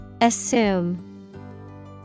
Assume